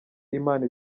imana